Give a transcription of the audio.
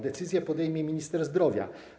Decyzje podejmie minister zdrowia.